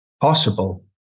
possible